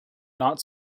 not